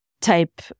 type